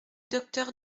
docteur